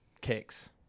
cakes